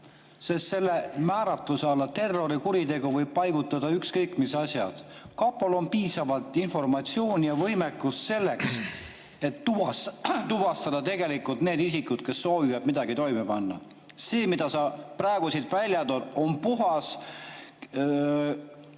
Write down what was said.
sest määratluse "terrorikuritegu" alla võib paigutada ükskõik mis asjad. Kapol on piisavalt informatsiooni ja võimekus selleks, et tuvastada tegelikult need isikud, kes soovivad midagi toime panna. See, mida sa praegu välja tood, on puhas